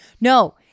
no